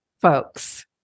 folks